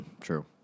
True